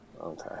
Okay